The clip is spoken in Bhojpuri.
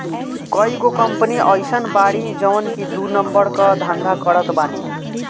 कईगो कंपनी अइसन बाड़ी जवन की दू नंबर कअ धंधा करत बानी